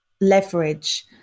leverage